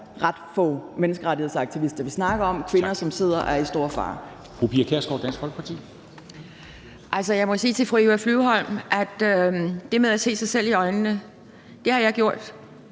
ret få menneskerettighedsaktivister, vi snakker om; kvinder, som sidder og er i stor fare.